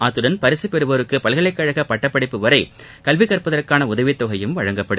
அத்துடன் பரிசு பெறுவோருக்கு பல்கலைக்கழக பட்டப்படிப்பு வரை கல்வி கற்பதற்கான உதவித் தொகை வழங்கப்படும்